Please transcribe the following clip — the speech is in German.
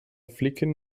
flicken